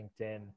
LinkedIn